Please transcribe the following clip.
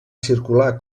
circular